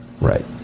Right